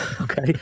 Okay